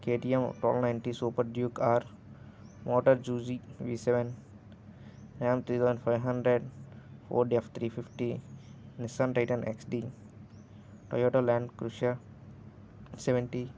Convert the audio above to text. KTM twelve ninety Super Duke R Moto Guzzi V seven Ram three thousand five hundred Ford F three fifty Nissan Titan XD Toyota Land Cruiser seventy